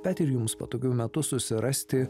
bet ir jums patogiu metu susirasti